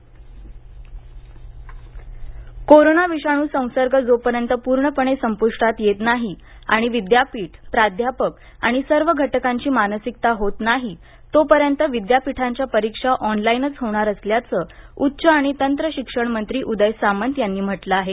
Samant Pune corona विषाण संसर्ग जोपर्यंत पर्णपणे सप्ष्टात येत नाही आणि विद्यापीठ प्राध्यापक आणि सर्व घटकांची मानसिकता होत नाही तोपर्यंत विद्यापीठांच्या परिक्षा ऑन लाईनच होणार असल्याचं उच्च आणि तंत्र शिक्षण मंत्री उदय सामंत यांनी म्हटलं आहे